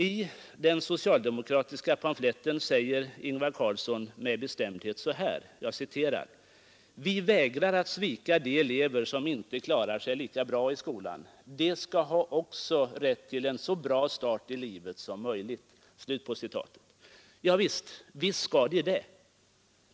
I den socialdemokratiska pamfletten säger Ingvar Carlsson med bestämdhet så här: ”Vi vägrar att svika de elever som inte klarar sig lika bra i skolan. De skall också ha rätt till en så bra start i livet som möjligt.” Javisst skall de det.